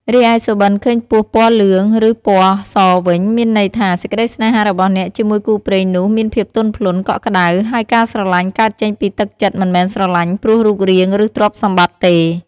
រីឯសុបិនឃើញពស់ពណ៌លឿង ឬ ពណ៌សវិញមានន័យថា សេចក្តីសេ្នហារបស់អ្នកជាមួយគូព្រេងនោះមានភាពទន់ភ្លន់ កក់ក្តៅ ហើយការស្រលាញ់កើតចេញពីទឹកចិត្តមិនមែនស្រលាញ់ព្រោះរូបរាង ឬ ទ្រព្យសម្បតិ្ត ទេ។